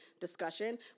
discussion